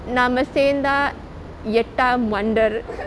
நாம சேர்ந்த எட்டா மன்டர்:naama sernthaa yettaa mander